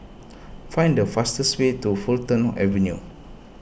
find the fastest way to Fulton Avenue